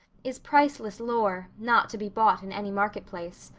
is priceless lore, not to be bought in any market place.